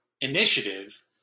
initiative